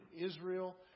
Israel